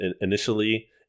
initially